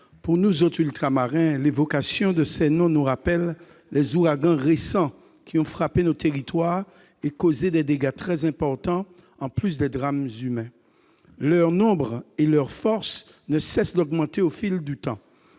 Pour nous autres, Ultramarins, l'évocation de ces noms rappelle les ouragans récents, qui ont frappé nos territoires et causé des dégâts très importants, en plus des drames humains. Leur nombre et leur force ne cessent d'augmenter au fil du temps